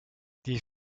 die